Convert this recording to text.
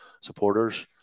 supporters